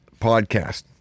podcast